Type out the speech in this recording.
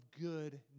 good